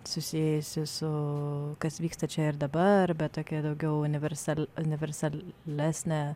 susijusi su kas vyksta čia ir dabar bet tokia daugiau universali universalesnė